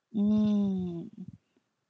mm